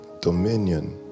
dominion